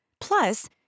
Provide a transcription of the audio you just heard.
Plus